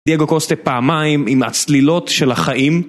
דיגו קוסטי פעמיים עם הצלילות של החיים